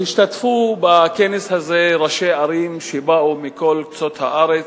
השתתפו בכנס הזה ראשי ערים שבאו מכל קצות הארץ,